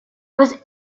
was